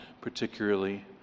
particularly